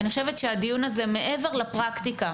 אני חושבת שהדיון הזה מעבר לפרקטיקה